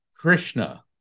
Krishna